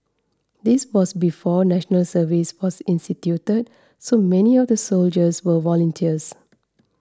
this was before National Service was instituted so many of the soldiers were volunteers